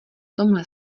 tomhle